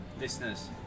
listeners